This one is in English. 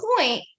point